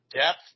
depth